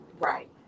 Right